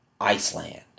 Iceland